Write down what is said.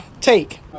take